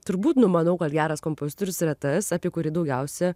turbūt numanau kad geras kompozitorius yra tas apie kurį daugiausia